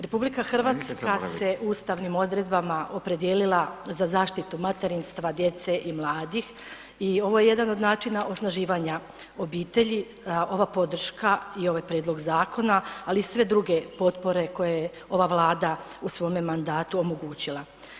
RH se ustavnim odredbama opredijelila za zaštitu materinstva, djece i mladih i ovo je jedan od načina osnaživanja obitelji, ova podrška i ovaj prijedlog zakona ali i sve druge potpore koje je ova Vlada u svome mandatu odlučila.